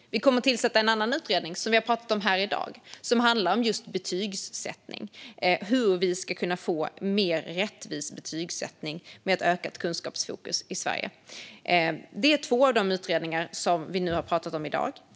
Vi kommer att tillsätta en annan utredning, som vi har pratat om här i dag, som handlar om just betygsättning och hur den ska bli mer rättvis med ökat kunskapsfokus i Sverige. Det är två av de utredningar som vi har pratat om i dag.